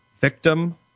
victim